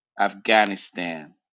Afghanistan